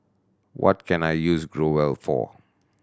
what can I use Growell for